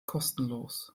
kostenlos